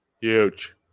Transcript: Huge